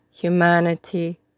Humanity